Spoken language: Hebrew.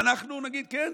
ואנחנו נגיד: כן,